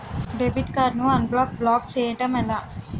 Debit card ను unblock block చేయటం ఎలా?